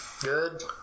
good